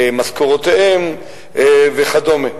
משכורותיהם וכדומה.